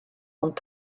und